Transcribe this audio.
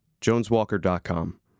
joneswalker.com